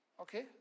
Okay